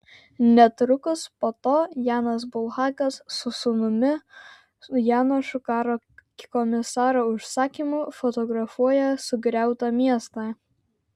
netrukus po to janas bulhakas su sūnumi janošu karo komisaro užsakymu fotografuoja sugriautą miestą